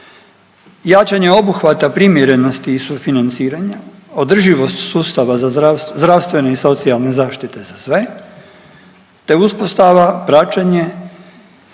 Jačanje obuhvata primjerenosti i sufinanciranja, održivost sustava zdravstvene i socijalne zaštite za sve te uspostava, praćenje